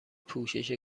پوشش